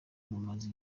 rumaze